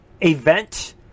event